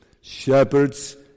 Shepherds